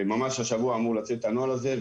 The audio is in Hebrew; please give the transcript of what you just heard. ממש השבוע אמור לצאת הנוהל הזה.